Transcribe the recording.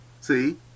see